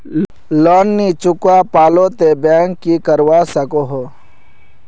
Loan नी चुकवा पालो ते बैंक की करवा सकोहो?